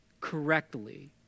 correctly